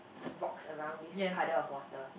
rocks around this paddle of water